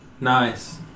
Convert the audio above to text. Nice